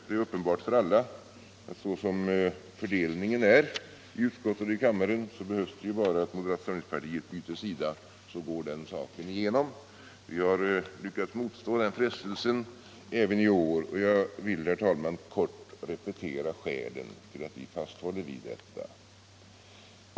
Det är uppenbart för alla att såsom fördelningen är i utskottet och kammaren så behövs bara att moderata samlingspartiet byter sida för att förslaget skall gå igenom. Vi har lyckats motstå den frestelsen även i år, och jag vill, herr talman, kort repetera skälen för att vi fasthåller vid detta.